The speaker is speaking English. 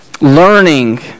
learning